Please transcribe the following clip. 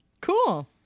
cool